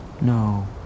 no